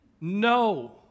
no